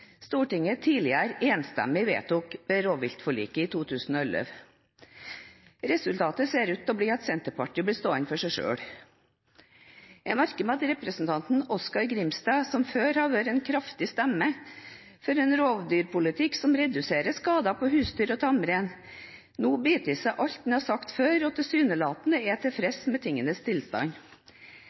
Stortinget tidligere enstemmig vedtok ved rovviltforliket i 2011. Resultatet ser ut til å bli at Senterpartiet blir stående for seg selv. Jeg merker meg at representanten Oskar J. Grimstad, som før har vært en kraftig stemme for en rovdyrpolitikk som reduserer skadene på husdyr og tamrein, nå biter i seg alt han har sagt før, og tilsynelatende er tilfreds med tingenes tilstand.